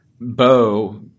Bo